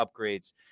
upgrades